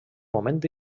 moment